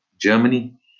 Germany